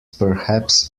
perhaps